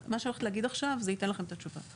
מה שאני הולכת להגיד עכשיו זה ייתן לכם את התשובה.